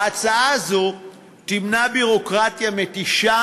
ההצעה הזאת תמנע ביורוקרטיה מתישה